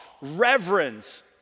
reverence